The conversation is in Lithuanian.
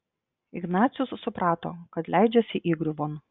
ignacius suprato kad leidžiasi įgriuvon